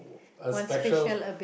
a special